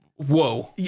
whoa